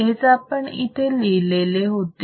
हेच आपण लिहिलेले होते